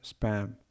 spam